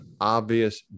obvious